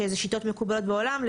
שזה שיטות מקובלות בעולם,